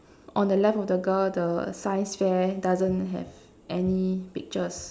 on the left of the girl the science fair doesn't have any pictures